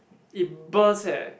it burst eh